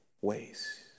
ways